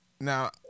Now